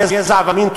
גזע ומין.